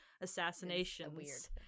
assassinations